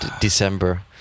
december